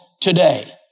today